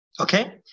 okay